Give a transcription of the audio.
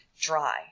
dry